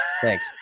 Thanks